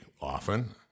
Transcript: often